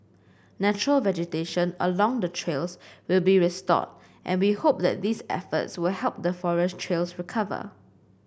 natural vegetation along the trails will be restored and we hope that these efforts will help the forest trails recover